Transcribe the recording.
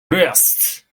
rest